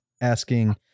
asking